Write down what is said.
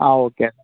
ആ ഓക്കെ